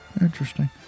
interesting